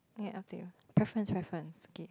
ya up to you preference preference okay